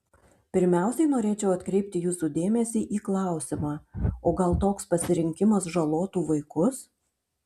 pirmiausiai norėčiau atkreipti jūsų dėmesį į klausimą o gal toks pasirinkimas žalotų vaikus